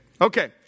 okay